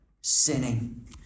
sinning